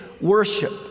worship